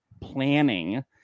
planning